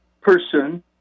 person